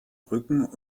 rücken